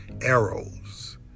arrows